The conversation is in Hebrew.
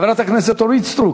חברת הכנסת אורית סטרוק,